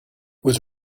was